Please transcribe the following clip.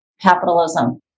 capitalism